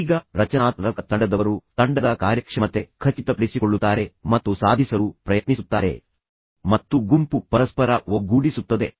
ಈಗ ರಚನಾತ್ಮಕ ತಂಡದಲ್ಲಿರುವವರು ತಂಡದ ಕಾರ್ಯಕ್ಷಮತೆಯನ್ನು ಖಚಿತಪಡಿಸಿಕೊಳ್ಳುತ್ತಾರೆ ಮತ್ತು ಅದನ್ನು ಸಾಧಿಸಲು ಪ್ರಯತ್ನಿಸುತ್ತಾರೆ ಮತ್ತು ಗುಂಪು ಪರಸ್ಪರ ಒಗ್ಗೂಡಿಸುತ್ತದೆ